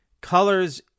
colors